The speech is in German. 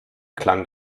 klang